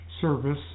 service